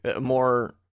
more